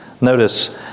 Notice